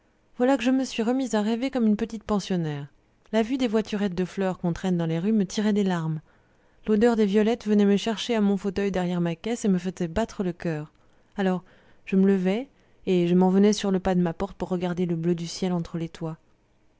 voilà que je me suis remise à rêver comme une petite pensionnaire la vue des voiturettes de fleurs qu'on traîne dans les rues me tirait les larmes l'odeur des violettes venait me chercher à mon fauteuil derrière ma caisse et me faisait battre le coeur alors je me levais et je m'en venais sur le pas de ma porte pour regarder le bleu du ciel entre les toits